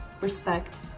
respect